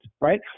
right